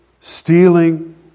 stealing